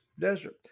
desert